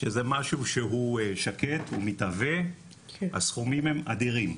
שזה משהו שהוא שקט, הוא מתעבה, הסכומים הם אדירים.